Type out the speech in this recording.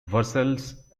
versailles